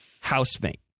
housemate